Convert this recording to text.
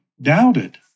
doubted